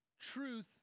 truth